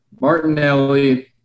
Martinelli